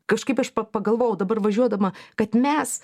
kažkaip aš pa pagalvojau dabar važiuodama kad mes